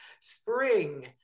Spring